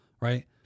right